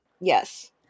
Yes